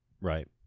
right